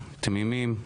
תמימים,